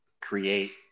create